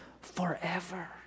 forever